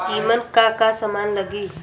ईमन का का समान लगी?